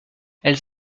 elles